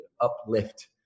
uplift